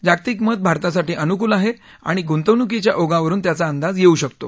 जागतिक मत भारतासाठी अनुकूल आहे आणि गुंतवणुकीच्या ओघावरून त्याचा अंदाज येऊ शकतो